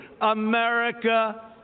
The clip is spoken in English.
America